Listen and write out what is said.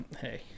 hey—